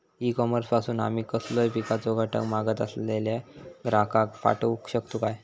E commerce पासून आमी कसलोय पिकाचो घटक मागत असलेल्या ग्राहकाक पाठउक शकतू काय?